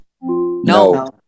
No